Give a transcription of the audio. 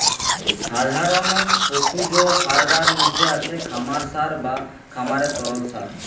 সাধারণ পশুজ সারগার মধ্যে আছে খামার সার বা খামারের তরল সার